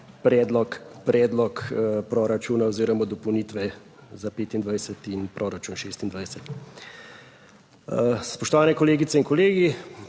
predlog, predlog proračuna oziroma dopolnitve za 2025 in proračun 2026. Spoštovani kolegice in kolegi!